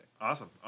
Awesome